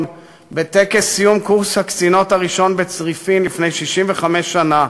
בטקס סיום קורס הקצינות הראשון בצריפין לפני 65 שנה,